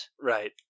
Right